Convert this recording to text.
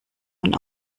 man